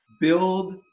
build